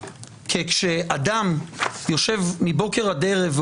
כשאדם יושב מבוקר עד ערב,